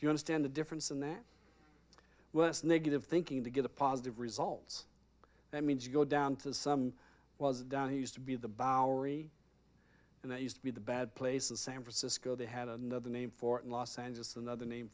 you understand the difference and that worse negative thinking to get a positive results that means you go down to some was down used to be the bowery and there used to be the bad place in san francisco they had another name for los angeles another name